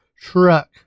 truck